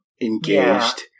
Engaged